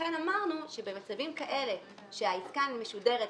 ולכן אמרנו שבמצבים כאלה שהעסקה משודרת,